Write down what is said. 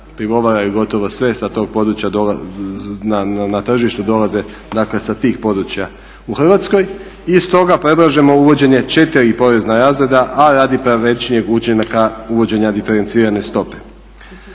pivovara je gotovo sve sa tog područja dovela, na tržištu dolaze dakle sa tih područja u Hrvatskoj. I stoga predlažemo uvođenje 4 porezna razreda a radi pravičnijeg učinaka uvođenja diferencirane stope.